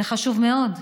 זה חשוב מאוד.